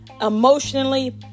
emotionally